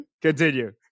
Continue